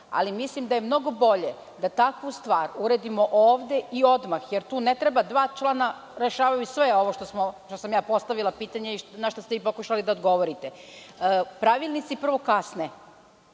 Ali, mislim da je mnogo bolje da takvu stvar uredimo ovde i na odmah, jer tu ne treba puno, dva člana rešavaju sve ovo zašta sam postavila pitanje i našta ste vi pokušali da odgovorite. Pravilnici prvo kasne.